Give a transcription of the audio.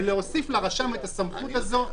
ולהוסיף לרשם את הסמכות הזו,